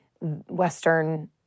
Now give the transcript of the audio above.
Western